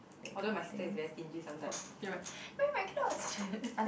although my sister is very stingy sometimes you know you wear my clothes